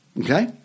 Okay